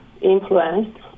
influence